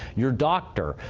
your doctor,